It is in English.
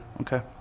Okay